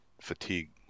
fatigue